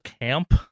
Camp